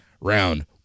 round